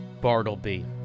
Bartleby